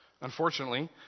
Unfortunately